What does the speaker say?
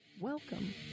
Welcome